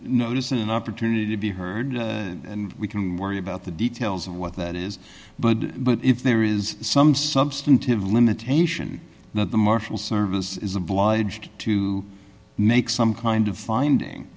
notice and an opportunity to be heard and we can worry about the details of what that is but but if there is some substantive limitation that the marshal service is obliged to make some kind of finding